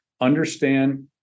understand